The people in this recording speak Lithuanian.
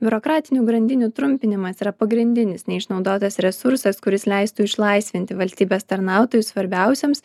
biurokratinių grandinių trumpinimas yra pagrindinis neišnaudotas resursas kuris leistų išlaisvinti valstybės tarnautojus svarbiausioms